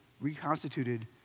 reconstituted